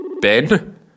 Ben